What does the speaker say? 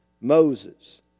Moses